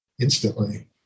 instantly